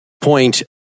point